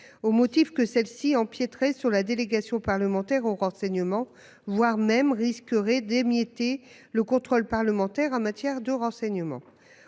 au motif que celle-ci empiéteraient sur la délégation parlementaire au renseignement voire même risquerait d'émietter le contrôle parlementaire en matière de renseignement